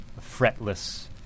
fretless